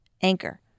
Anchor